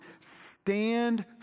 stand